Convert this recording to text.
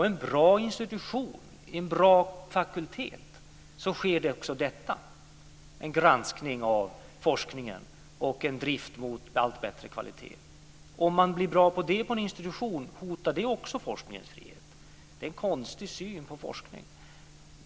På en bra institution, en bra fakultet, sker också detta - en granskning av forskningen och en drift mot allt bättre kvalitet. Om man blir bra på det på en institution, hotar det också forskningens frihet? Det är en konstig syn på forskning.